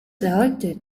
elected